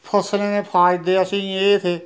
फसलें दे फायदे असेंई एह् हे